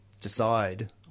decide